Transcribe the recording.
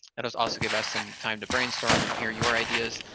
that does also give us some time to brainstorm and hear your ideas,